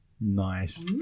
Nice